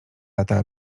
lata